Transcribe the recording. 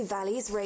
Valleys